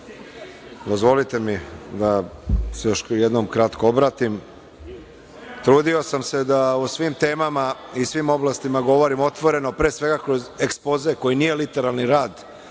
Dozvolite mi da se još jednom kratko obratim. Trudio sam se da o svim temama i svim oblastima govorim otvoreno, pre svega kroz ekspoze koji nije literalni rad,